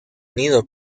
unido